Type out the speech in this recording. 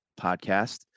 podcast